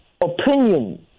opinion